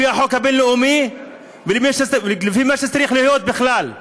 לפי החוק הבין-לאומי ולפי מה שצריך להיות בכלל.